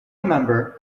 member